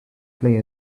play